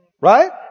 Right